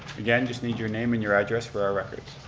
again, just need your name and your address for our records.